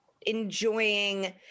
enjoying